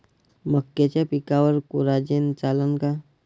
मक्याच्या पिकावर कोराजेन चालन का?